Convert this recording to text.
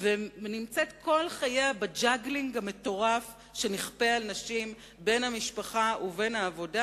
ונמצאת כל חייה בג'גלינג המטורף שנכפה על נשים בין המשפחה ובין העבודה,